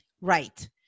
Right